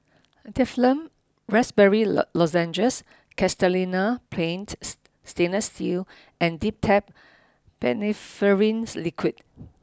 Difflam Raspberry Lozenges Castellani's Paint Stainless and Dimetapp Phenylephrine Liquid